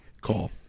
Call